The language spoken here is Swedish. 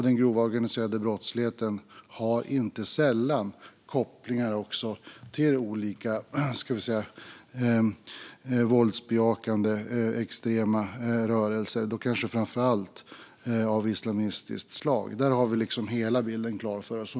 Den grova organiserade brottsligheten har inte sällan kopplingar till olika våldsbejakande extrema rörelser, kanske framför allt av islamistiskt slag. Där har vi hela bilden klar för oss.